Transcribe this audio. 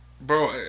Bro